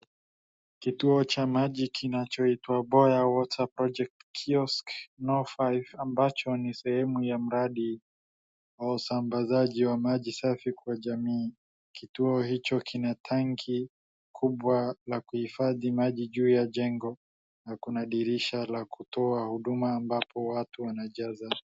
Kituo cha maji kinachoitwa Boya Water Project kiosk no five ambacho ni sehemu ya mradii, wa usambazaji wa maji safi kwa jamii. Kituo hicho kina tanki kubwa la kuhifadhi maji juu ya jengo na kuna dirisha la kutoa huduma ambapo watu wanajaza.